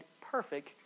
perfect